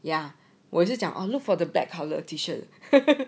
yeah 我是讲 orh look for the black colour t-shirt